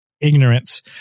ignorance